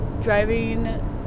driving